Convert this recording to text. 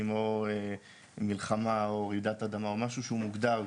או מלחמה או רעידת אדמה או משהו שהוא מוגדר,